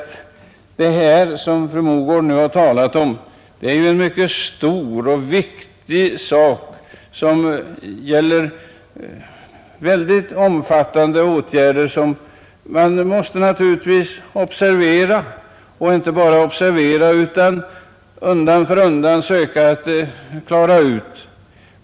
Vad fru Mogård nu har talat om är en mycket stor och viktig fråga. Det krävs omfattande åtgärder. Det räcker inte med att observera problemen, utan man måste också undan för undan söka lösa dem.